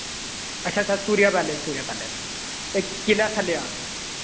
अच्छा अच्छा Surya palace Surya palace एह् किला थल्ले आ